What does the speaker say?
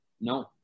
No